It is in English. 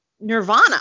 nirvana